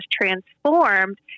transformed